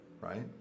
right